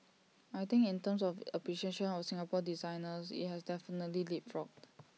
I think in terms of appreciation of Singapore designers IT has definitely leapfrogged